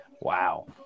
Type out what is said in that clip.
Wow